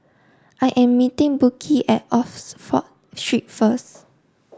I am meeting Brooke at Oxford Street first